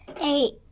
Eight